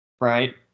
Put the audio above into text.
Right